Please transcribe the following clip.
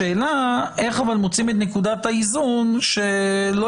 השאלה איך מוצאים את נקודת האיזון שלא